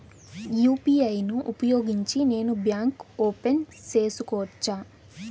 UPI ను ఉపయోగించి నేను బ్యాంకు ఓపెన్ సేసుకోవచ్చా?